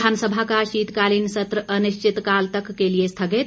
विधानसभा का शीतकालीन सत्र अनिश्चित काल तक के लिए स्थगित